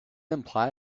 imply